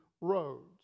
roads